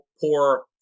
poor